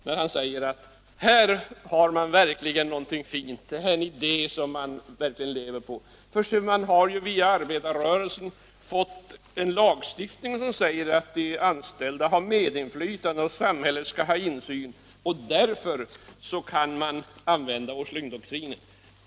Här finns någonting fint, säger han, en idé som man verkligen kan leva på. För se, ”vi i arbetarrörelsen” har fått en lagstiftning som skall ge de anställda medinflytande och samhället insyn, och därför kan vi använda Åslingdoktrinen.